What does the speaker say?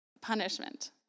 punishment